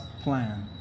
plan